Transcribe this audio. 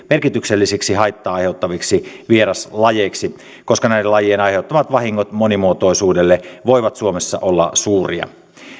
merkityksellisiksi haittaa aiheuttaviksi vieraslajeiksi koska näiden lajien aiheuttamat vahingot monimuotoisuudelle voivat suomessa olla suuria